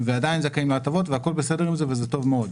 ועדיין זכאים להטבות והכול בסדר עם זה וזה טוב מאוד.